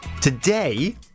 Today